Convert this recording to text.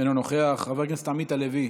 אינו נוכח, חבר הכנסת עמית הלוי,